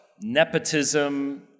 nepotism